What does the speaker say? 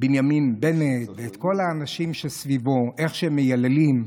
בנט ואת כל האנשים שסביבו, איך שהם מייללים.